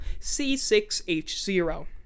C6H0